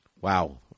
Wow